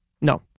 No